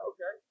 Okay